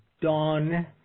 dawn